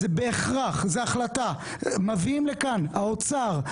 זו החלטה שמביאים לכאן האוצר,